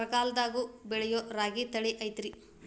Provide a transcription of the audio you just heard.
ಬರಗಾಲದಾಗೂ ಬೆಳಿಯೋ ರಾಗಿ ತಳಿ ಐತ್ರಿ?